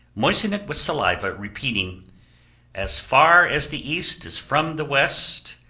moisten it with saliva, repeating as far as the east is from the west,